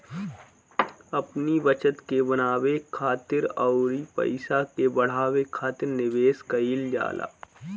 अपनी बचत के बनावे खातिर अउरी पईसा के बढ़ावे खातिर निवेश कईल जाला